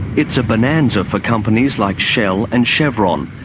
it's a bonanza for companies like shell and chevron,